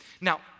Now